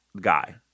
guy